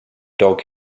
dog